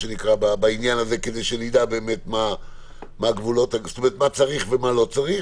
העניין הזה כדי שנדע מה צריך ומה לא צריך.